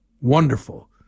Wonderful